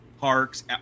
parks